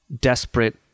desperate